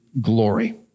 glory